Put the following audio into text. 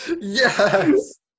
Yes